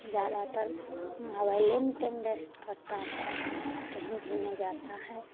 ज़्यादातर मोबाइले में टेम वेस्ट करता है कहीं भी नहीं जाता है